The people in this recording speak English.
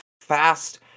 fast